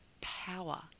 power